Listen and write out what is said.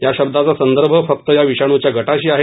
या शब्दाचा संदर्भ फक्त या विषाणूच्या गटाशी आहे